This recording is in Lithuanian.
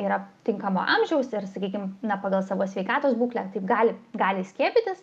yra tinkamo amžiaus ir sakykim na pagal savo sveikatos būklę taip gali gali skiepytis